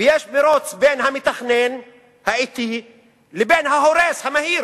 ויש מירוץ בין המתכנן האטי לבין ההורס המהיר